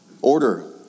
Order